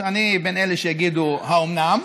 ואני בין אלה שיגידו: האומנם?